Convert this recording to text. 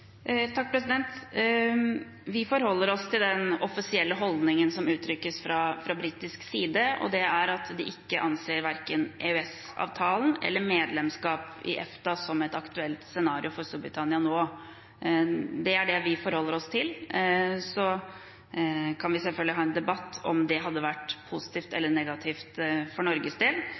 Vi forholder oss til den offisielle holdningen som uttrykkes fra britisk side, og det er at de anser verken EØS-avtalen eller medlemskap i EFTA som et aktuelt scenario for Storbritannia nå. Det er det vi forholder oss til. Så kan vi selvfølgelig ha en debatt om det hadde vært positivt eller negativt for Norges del,